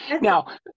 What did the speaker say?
Now